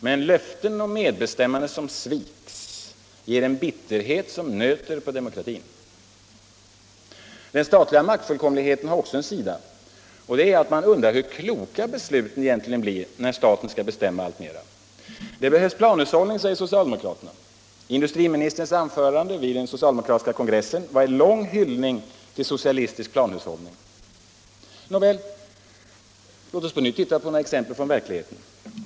Men löften om medbestämmande som sviks ger en bitterhet som nöter på demokratin. Den statliga maktfullkomligheten har också en annan sida. Man undrar hur kloka besluten egentligen blir när staten skall bestämma alltmera. Det behövs planhushållning, säger socialdemokraterna. Industriministerns anförande vid den socialdemokratiska kongressen var en lång hyllning till socialistisk planhushållning. Nåväl, låt oss på nytt se på några exempel från verkligheten!